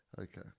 Okay